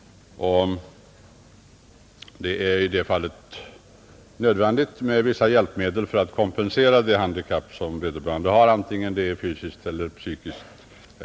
Det är i det fallet nödvändigt med vissa hjälpmedel för att kompensera det handikapp vederbörande har, vare sig det är fysiskt eller psykiskt.